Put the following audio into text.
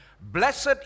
Blessed